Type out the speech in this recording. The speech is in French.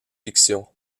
fiction